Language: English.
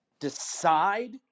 Decide